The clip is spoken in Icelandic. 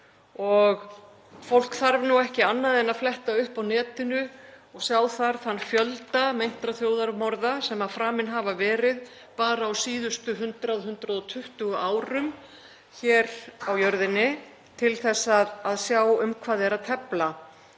Fólk þarf ekki annað en að fletta upp á netinu og sjá þar þann fjölda meintra þjóðarmorða sem framin hafa verið bara á síðustu 100–120 árum hér á jörðinni til að sjá um hvað er að tefla.